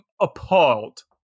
appalled